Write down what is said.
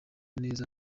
neza